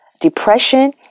depression